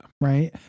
Right